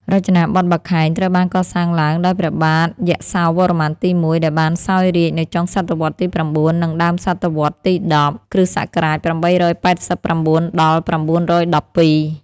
រចនាបថបាខែង ត្រូវបានក៏សាងឡើងដោយព្រះបាទយសោវ្ម័នទី១ ដែលបានសោយរាជ្យនៅចុងសតវត្សទី៩ និងដើមសតវត្សទី១០ (គ.ស. ៨៨៩-៩១២)។